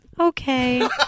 Okay